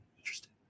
interesting